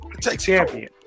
champion